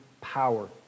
power